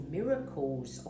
miracles